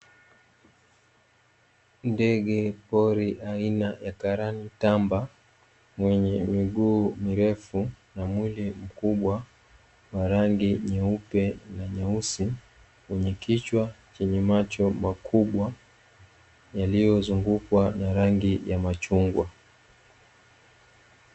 Ndege pori aina ya karantamba mwenye miguu mirefu na mwili mkubwa wa rangi nyeupe na nyeusi, mwenye kichwa chenye macho makubwa yaliyozungukwa na rangi ya machungwa.